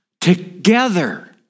together